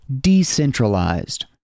Decentralized